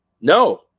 no